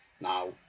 now